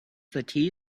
the